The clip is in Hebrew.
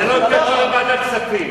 בוועדת כספים.